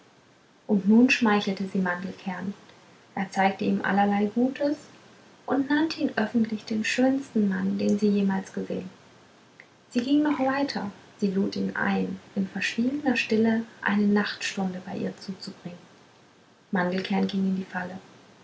und nun schmeichelte sie mandelkern erzeigte ihm allerlei gutes und nannte ihn öffentlich den schönsten mann den sie jemals gesehen sie ging noch weiter sie lud ihn ein in verschwiegener stille eine nachtstunde bei ihr zuzubringen mandelkern ging in die falle